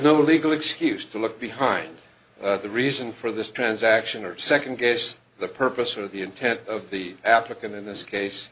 no legal excuse to look behind the reason for this transaction or second guess the purpose of the intent of the applicant in this case